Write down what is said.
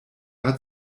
hat